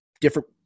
different